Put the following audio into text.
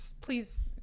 please